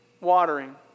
watering